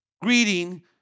greeting